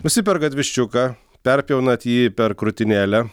nusiperkat viščiuką perpjaunat jį per krūtinėlę